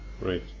Right